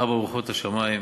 ארבע רוחות השמים,